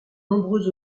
nombreux